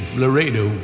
laredo